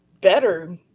better